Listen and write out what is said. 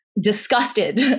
disgusted